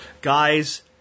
Guys